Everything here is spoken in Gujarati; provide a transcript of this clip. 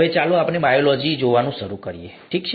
હવે ચાલો આપણે બાયોલોજી જોવાનું શરૂ કરીએ ઠીક છે